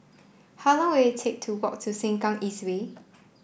how long will it take to walk to Sengkang East Way